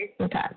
Okay